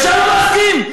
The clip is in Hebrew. אפשר לא להסכים.